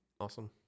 Awesome